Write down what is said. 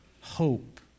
hope